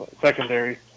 secondary